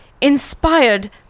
Inspired